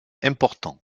important